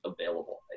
available